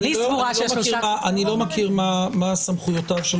אני סבורה ששלושה --- אני לא מכיר מה סמכויותיו של